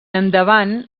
endavant